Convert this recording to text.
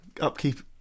upkeep